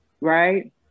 Right